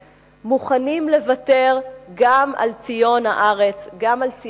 ומוכנים לוותר גם על ציון הארץ, גם על ציון העיר,